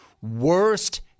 Worst